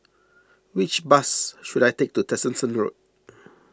which bus should I take to Tessensohn Road